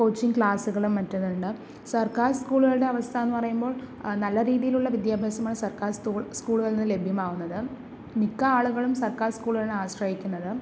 coaching ക്ലാസുകളും മറ്റുമുണ്ട് സർക്കാർ സ്കൂളുകളുടെ അവസ്ഥയെന്നു പറയുമ്പോൾ നല്ല രീതിയിലുള്ള വിദ്യാഭ്യാസമാണ് സർക്കാർ സ്കൂളുകളിൽ നിന്ന് ലഭ്യമാകുന്നത് മിക്ക ആളുകളും സർക്കാർ സ്കൂളുകളെയാണ് ആശ്രയിക്കുന്നത്